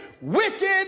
wicked